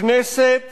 הכנסת